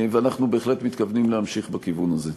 ואנחנו בהחלט מתכוונים להמשיך בכיוון הזה.